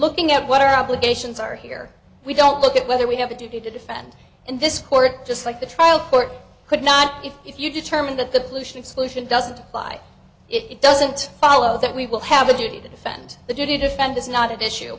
looking at what our obligations are here we don't look at whether we have a duty to defend and this court just like the trial court could not if you determine that the pollution solution doesn't apply it doesn't follow that we will have a duty to defend the do to defend is not at issue